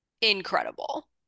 incredible